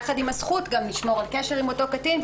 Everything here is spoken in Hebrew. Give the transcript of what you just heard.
יחד עם הזכות לשמור על קשר עם אותו קטין,